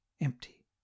empty